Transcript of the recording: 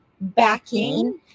backing